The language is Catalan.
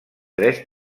tres